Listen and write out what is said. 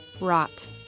rot